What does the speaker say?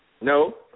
No